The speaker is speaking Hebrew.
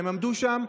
הם עמדו שם,